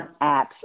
apps